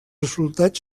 resultats